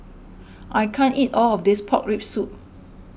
I can't eat all of this Pork Rib Soup